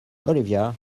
olivia